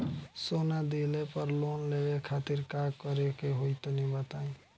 सोना दिहले पर लोन लेवे खातिर का करे क होई तनि बताई?